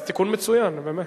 זה תיקון מצוין, באמת.